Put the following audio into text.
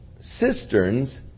cisterns